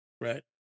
Right